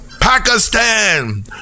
Pakistan